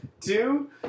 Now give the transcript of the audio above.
two